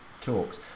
talks